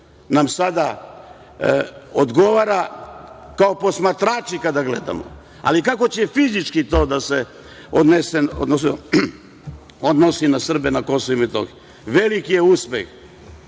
nam sada odgovara kao posmatrači kada gledamo, ali kako će fizički to da se odnosi na Srbe na Kosovu i Metohiji? Veliki je uspeh